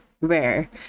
rare